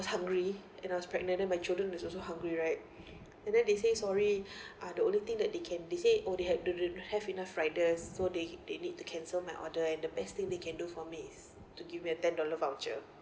was hungry and I was pregnant then my children was also hungry right and then they say sorry uh the only thing that they can they say oh they had to didn't have enough riders so they they need to cancel my order and the best thing they can do for me is to give me a ten dollar voucher